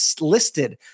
listed